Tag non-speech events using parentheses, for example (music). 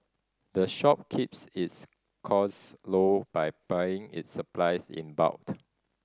the shop keeps its costs low by buying its supplies in (unintelligible)